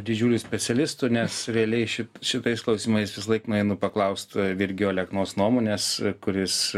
didžiuliu specialistu nes realiai ši šitais klausimais visąlaik nueinu paklaust virgio aleknos nuomonės kuris